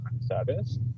service